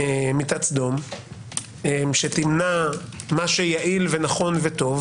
מיטת סדום שתמנע מה שיעיל וטוב,